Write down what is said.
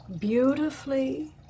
beautifully